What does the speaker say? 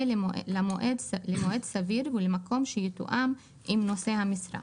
למועד סביר ולמקום שיתואם עם נושא המשרה.